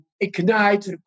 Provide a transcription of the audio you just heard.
ignite